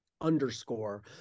underscore